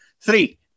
three